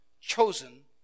Chosen